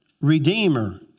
redeemer